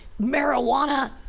marijuana